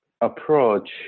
approach